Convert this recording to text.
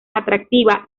atractiva